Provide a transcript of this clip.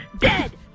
Dead